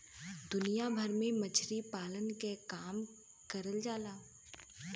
दुनिया भर में मछरी पालन के काम करल जाला